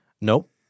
nope